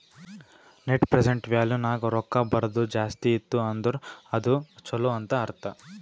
net present value ನಾಗ್ ರೊಕ್ಕಾ ಬರದು ಜಾಸ್ತಿ ಇತ್ತು ಅಂದುರ್ ಅದು ಛಲೋ ಅಂತ್ ಅರ್ಥ